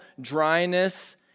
dryness